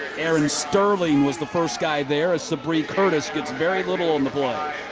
aaron sterling was the first guy there. sabree curtis gets very little on the play.